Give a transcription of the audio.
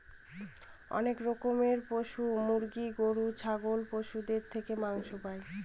অনেক রকমের পশু মুরগি, গরু, ছাগল পশুদের থেকে মাংস পাই